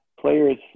players